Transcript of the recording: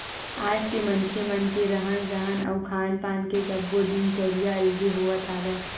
आज के मनखे मन के रहन सहन अउ खान पान के सब्बो दिनचरया अलगे होवत हवय